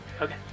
Okay